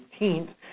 18th